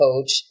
coach